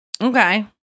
Okay